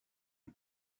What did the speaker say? est